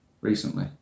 recently